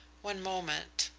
one moment.